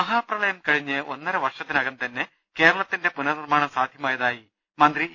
മഹാപ്രകളയം കഴിഞ്ഞ് ഒന്നര വർഷത്തിനകം തന്നെ കേരളത്തിന്റെ പുനർനിർമ്മാണം സാധ്യമായതായി മന്ത്രി ഇ